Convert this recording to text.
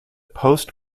post